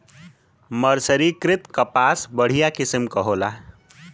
मर्सरीकृत कपास बढ़िया किसिम क होला